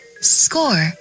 Score